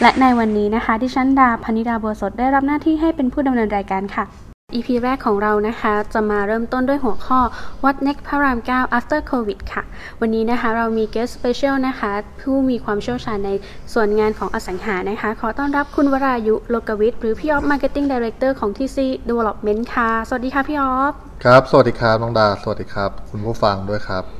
และในวันนี้นะคะดิฉันดาพนิดาบัวสดได้รับหน้าที่ให้เป็นผู้ดำเนินรายการค่ะ EP แรกของเรานะคะจะมาเริ่มต้นด้วยหัวข้อ What Next พระรามเก้า After Covid ค่ะ วันนี้นะคะเรามี guest special นะคะผู้มีความเชี่ยวชาญในส่วนงานของอสังหานะคะ ขอต้อนรับคุณวรายุโลกวิทย์หรือพี่อ๊อฟ Marketing Director ของ TC Development ค่ะ สวัสดีค่ะพี่อ๊อฟครับ สวัสดีครับน้องดา สวัสดีครับคุณผู้ฟังด้วยครับ